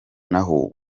naho